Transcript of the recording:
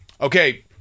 Okay